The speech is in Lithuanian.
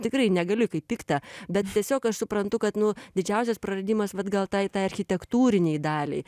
tikrai negaliu kaip pikta bet tiesiog aš suprantu kad nu didžiausias praradimas vat gal tai tai architektūrinei daliai